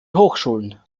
hochschulen